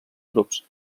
grups